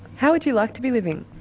how would you like to be living?